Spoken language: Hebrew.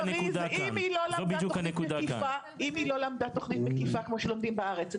אם היא לא למדה תוכנית מקיפה כמו שלומדים בארץ?